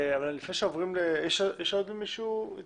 יש עוד הערות?